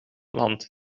land